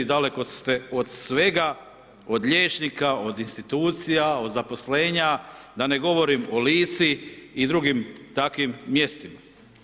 Daleko ste od svega, od liječnika, od institucija, od zaposlenja, da ne govorim o Lici i drugim takvim mjestima.